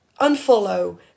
unfollow